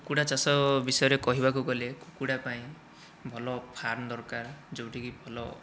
କୁକୁଡ଼ା ଚାଷ ବିଷୟରେ କହିବାକୁ ଗଲେ କୁକୁଡ଼ା ପାଇଁ ଭଲ ଫାର୍ମ ଦରକାର ଯେଉଁଠିକି ଭଲ